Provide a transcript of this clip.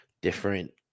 different